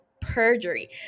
perjury